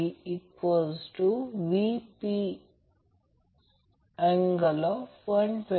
आणि सभोवताली काही वायंडीग आहेत त्याचप्रमाणे त्याला स्टॅटिक म्हणतात म्हणून आपण त्याला स्टेटर म्हणतो